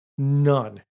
none